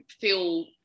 feel